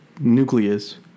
nucleus